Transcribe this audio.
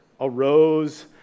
arose